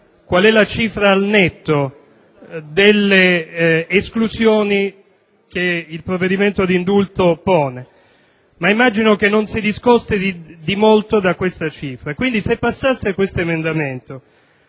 la cifra al netto delle esclusioni che il provvedimento di indulto pone, ma immagino non si discosti molto da questa cifra. Quindi, se l'emendamento